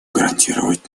гарантировать